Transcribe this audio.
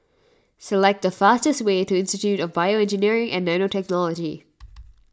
select the fastest way to Institute of BioEngineering and Nanotechnology